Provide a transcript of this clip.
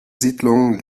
siedlungen